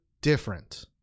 different